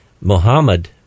Muhammad